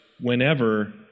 whenever